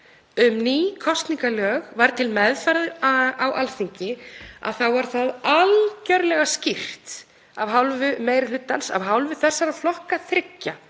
um ný kosningalög var til meðferðar á Alþingi þá var það algjörlega skýrt af hálfu meiri hlutans, af hálfu þessara þriggja